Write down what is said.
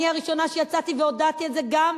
אני הראשונה שיצאתי והודעתי על זה גם,